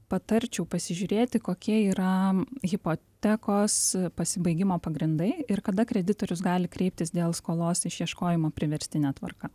patarčiau pasižiūrėti kokie yra hipotekos pasibaigimo pagrindai ir kada kreditorius gali kreiptis dėl skolos išieškojimo priverstine tvarka